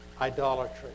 idolatry